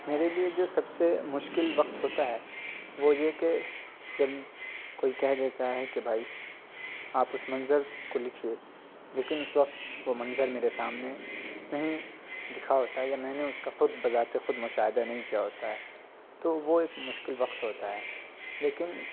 میرے لیے جو سب سے مشکل وقت ہوتا ہے وہ یہ کہ جب کوئی کہہ دیتا ہے کہ بھائی آپ اس منظر کو لکھیے لیکن اس وقت وہ منظر میرے سامنے نہیں دکھا ہوتا ہے یا میں نے اس کا خود بذات خود مشاہدہ نہیں کیا ہوتا ہے تو وہ ایک مشکل وقت ہوتا ہے لیکن